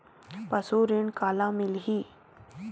पशु ऋण काला मिलही?